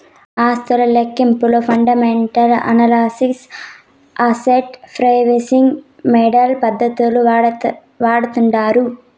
ఆస్తుల లెక్కింపులో fundamental analysis, asset pricing model పద్దతులు వాడతాండారు